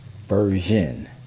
version